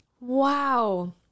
Wow